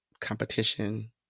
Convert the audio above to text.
competition